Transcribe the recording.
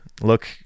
look